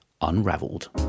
Unraveled